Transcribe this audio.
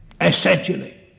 essentially